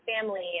family